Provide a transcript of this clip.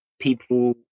people